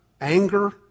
anger